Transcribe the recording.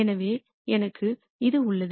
எனவே எனக்கு இது உள்ளது